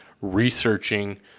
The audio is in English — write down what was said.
researching